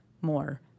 more